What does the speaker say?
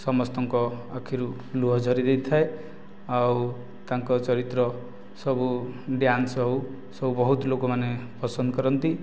ସମସ୍ତଙ୍କ ଆଖିରୁ ଲୁହ ଝରି ଦେଇଥାଏ ଆଉ ତାଙ୍କ ଚରିତ୍ର ସବୁ ଡ୍ୟାନ୍ସ ହେଉ ସବୁ ବହୁତ ଲୋକମାନେ ପସନ୍ଦ କରନ୍ତି